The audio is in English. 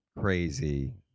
crazy